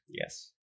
Yes